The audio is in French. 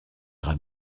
ira